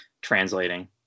translating